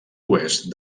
oest